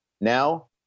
Now